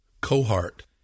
cohort